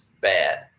bad